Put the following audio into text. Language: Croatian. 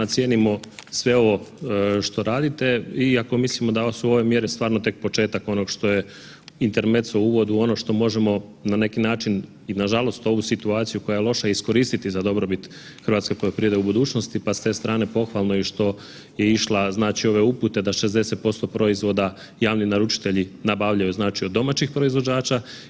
Cijenimo sve ovo što radite, iako mislimo da su ove mjere stvarno tek početak ono što je intermeco uvodu u ono što možemo na neki način i nažalost ovu situaciju koja je loša iskoristiti za dobrobit hrvatske poljoprivrede u budućnosti, pa s te strane pohvalno je i što je išla znači ove upute da 60% proizvoda javni naručitelji nabavljaju od domaćih proizvođača.